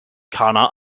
kana